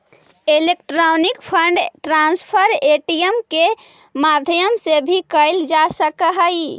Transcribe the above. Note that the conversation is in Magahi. इलेक्ट्रॉनिक फंड ट्रांसफर ए.टी.एम के माध्यम से भी कैल जा सकऽ हइ